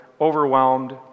Overwhelmed